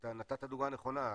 אתה נתת דוגמה נכונה.